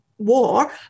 war